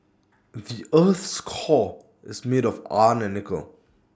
the Earth's core is made of iron and nickel